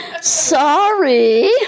Sorry